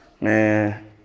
Man